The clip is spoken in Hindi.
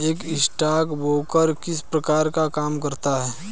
एक स्टॉकब्रोकर किस प्रकार का काम करता है?